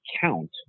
count